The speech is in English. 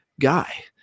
guy